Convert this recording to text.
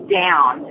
down